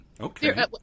okay